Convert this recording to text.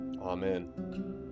Amen